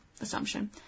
assumption